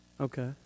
Okay